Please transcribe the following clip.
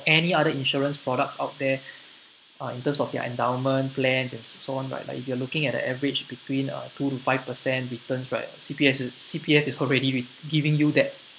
any other insurance products out there are in terms of their endowment plans and so on right but like if you are looking at the average between uh two to five percent returns right C_P_F C_P_F is already giving you that